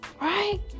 Right